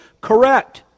correct